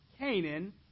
Canaan